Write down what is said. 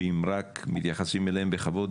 שאם רק מתייחסים אליהם בכבוד,